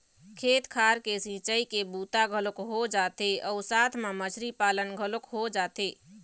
खेत खार के सिंचई के बूता घलोक हो जाथे अउ साथ म मछरी पालन घलोक हो जाथे